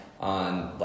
on